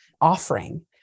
offering